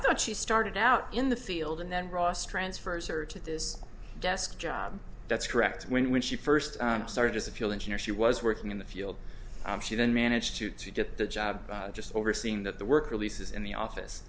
thought she started out in the field and then ross transfers are to this desk job that's correct when when she first started as a fuel engineer she was working in the field she then managed to get the job just overseeing that the work releases in the office